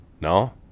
No